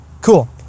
Cool